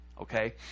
okay